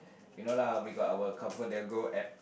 you know lah we got our Comfort-Delgro app